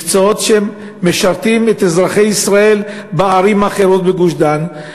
מקצועות שמשרתים את אזרחי ישראל בערים האחרות בגוש-דן,